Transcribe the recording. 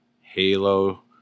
Halo